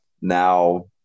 now